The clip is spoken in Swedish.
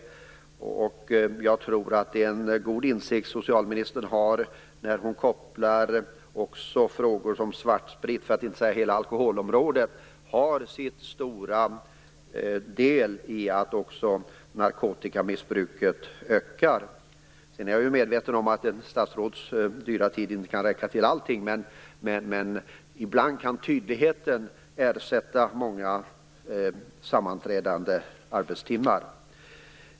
Socialministern har en god insikt när hon kopplar till frågor om svartsprit, för att inte säga till hela alkoholområdet. Det har stor del i att narkotikamissbruket ökar. Jag är medveten om att statsrådets dyra tid inte kan räcka till allting. Men ibland kan tydligheten ersätta många arbetstimmar i sammanträden.